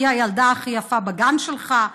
שהיא הילדה הכי יפה בגן שלך.